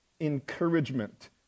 encouragement